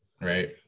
right